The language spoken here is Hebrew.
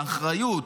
האחריות,